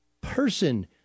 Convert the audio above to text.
person